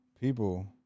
people